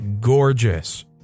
gorgeous